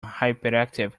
hyperactive